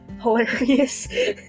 hilarious